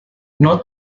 not